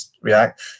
react